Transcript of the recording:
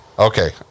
Okay